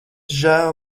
žēl